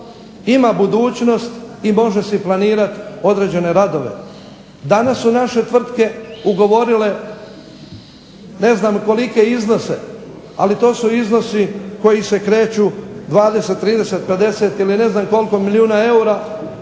ima budućnost i može si planirati određene radove. Danas su naše tvrtke ugovorile ne znam kolike iznose, ali to su iznosi koji se kreću 20, 30, 50 ili ne znam koliko milijuna eura